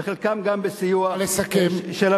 וחלקם גם בסיוע של הממשלה?